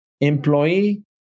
employee